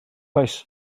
oes